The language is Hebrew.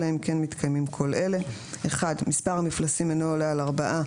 אלא אם כן מתקיימים כל אלה: מספר המפלסים אינו עולה על ארבעה.